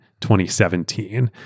2017